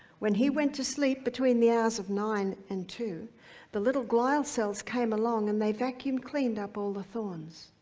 when he went to sleep between the hours of nine and two the little glial cells came along, and they vacuum cleaned up all the thorns.